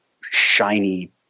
shiny